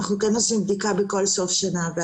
אנחנו כן עושים בדיקה בסוף כל שנה.